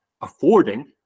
affording